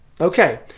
Okay